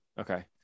Okay